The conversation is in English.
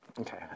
Okay